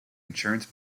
insurance